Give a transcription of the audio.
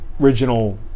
original